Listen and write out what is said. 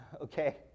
okay